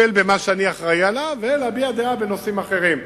לטפל במה שאני אחראי עליו ולהביע דעה בנושאים אחרים.